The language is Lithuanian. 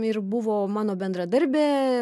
ir buvo mano bendradarbė